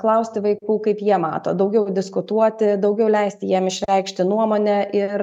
klausti vaikų kaip jie mato daugiau diskutuoti daugiau leisti jiem išreikšti nuomonę ir